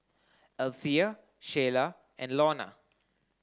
Althea Sheyla and Launa